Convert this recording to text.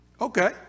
Okay